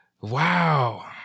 Wow